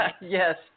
Yes